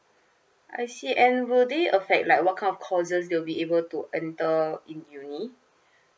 I see and will they affect like what kind of courses they'll be able to enter in uni